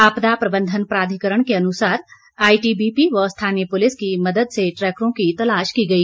आपदा प्रबंधन प्राधिकरण के अनुसार आईटीबीपी व स्थानीय पुलिस की मदद से ट्रैकरों की तलाश की गई